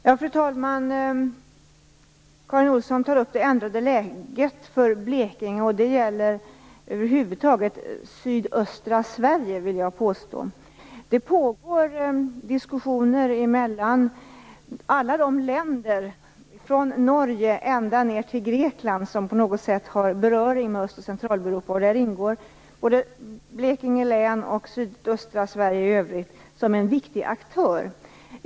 Fru talman! Karin Olsson tog upp det ändrade läget för Blekinge. Jag vill påstå att det gäller sydöstra Sverige över huvud taget. Det pågår diskussioner mellan alla de länder, från Norge ända ned till Grekland, som på något sätt har beröring med Öst och Centraleuropa, och i det sammanhanget är både Blekinge län och sydöstra Sverige i övrigt viktiga aktörer.